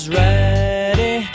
ready